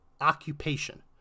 occupation